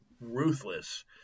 ruthless